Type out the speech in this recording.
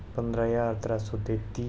पंदरां ज्हार त्रै सौ तेती